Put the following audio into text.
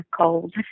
cold